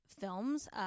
films